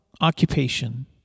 occupation